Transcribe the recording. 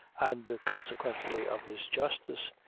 and consequently of his justice,